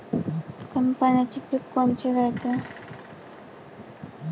कमी पाण्याचे पीक कोनचे रायते?